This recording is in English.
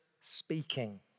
speaking